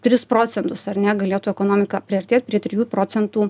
tris procentus ar ne galėtų ekonomika priartėt prie trijų procentų